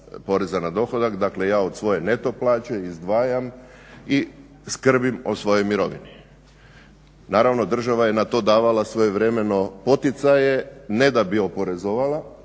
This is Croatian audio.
poreza na dohodak. Dakle, ja od svoje neto plaće izdvajam i skrbim o svojoj mirovini. Naravno, država je na to davala svojevremeno poticaje ne da bi oporezovala,